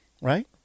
Right